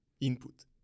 input